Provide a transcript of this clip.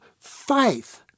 faith